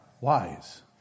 Wise